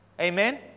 Amen